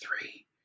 three